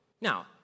Now